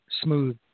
smooth